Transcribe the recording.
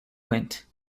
went